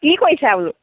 কি কৰিছা বোলো